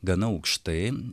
gana aukštai